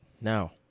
Now